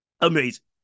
Amazing